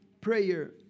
prayer